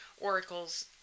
oracles